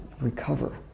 recover